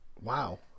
wow